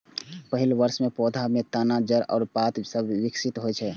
पहिल वर्ष मे पौधा मे तना, जड़ आ पात सभ विकसित होइ छै